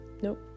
nope